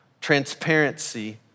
transparency